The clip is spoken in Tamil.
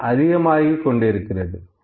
அது அதிகமாகிக் கொண்டிருக்கிறது